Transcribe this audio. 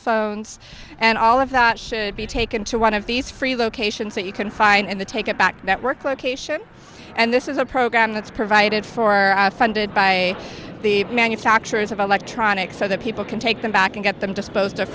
phones and all of that should be taken to one of these free locations that you can find in the take it back to network location and this is a program that's provided for funded by the manufacturers of electronics so that people can take them back and get them disposed of